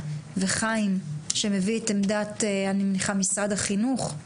וחיים, שמביא את עמדת משרד החינוך,